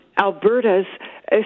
Alberta's